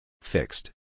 Fixed